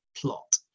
plot